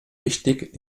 wichtig